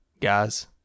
guys